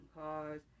cars